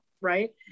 right